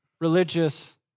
religious